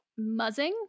muzzing